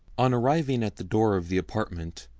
on arriving at the door of the apartment,